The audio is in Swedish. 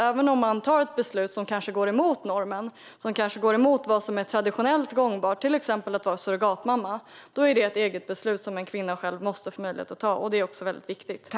Även om man fattar ett beslut som kanske går emot normen och det som är traditionellt gångbart, till exempel att bli surrogatmamma, är det ett eget beslut som en kvinna själv måste få möjlighet att fatta. Detta är viktigt.